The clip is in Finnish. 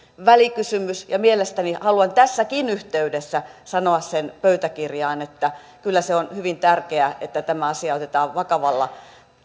välikysymys mielestäni haluan tässäkin yhteydessä sanoa sen pöytäkirjaan kyllä se on hyvin tärkeää että tämä asia otetaan vakavalla